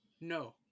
No